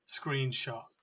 screenshot